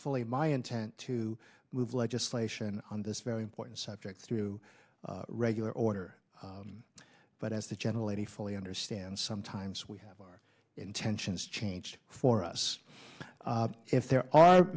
fully my intent to move legislation on this very important subject through regular order but as to generally fully understand sometimes we have our intentions changed for us if there are